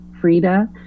Frida